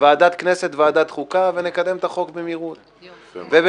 ועדת כנסת וועדת חוקה ונקדם את החוק במהירות ובמקצועיות.